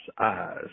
eyes